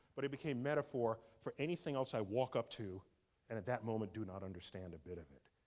but it became metaphor for anything else i walk up to and at that moment do not understand a bit of it.